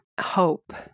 hope